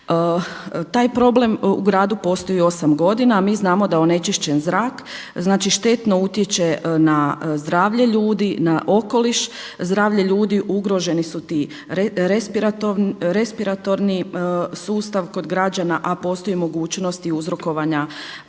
Taj problem u gradu postoji osam godina, a mi znamo da onečišćen zrak štetno utječe na zdravlje ljudi, na okoliš, zdravlje ljudi ugroženi ti respiratorni sustav kod građana, a postoji mogućnost uzrokovanja